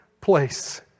place